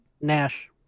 Nash